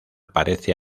parece